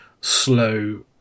slow